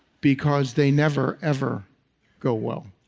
because they never ever go well.